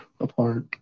apart